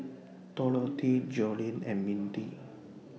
Dorothea Joellen and Mindi